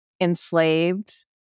enslaved